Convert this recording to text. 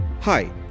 Hi